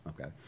okay